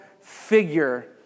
figure